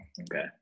Okay